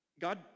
God